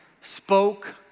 spoke